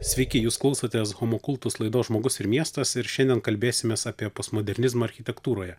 sveiki jūs klausotės homokultus laidos žmogus ir miestas ir šiandien kalbėsimės apie postmodernizmą architektūroje